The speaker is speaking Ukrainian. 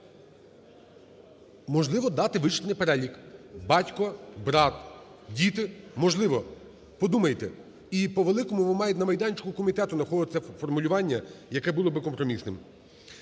Можливо, дати вичерпний перелік: батько, брат, діти. Можливо, подумайте. І, по великому, мають на майданчику комітету знаходити формулювання, яке було би компромісним.